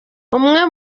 umwe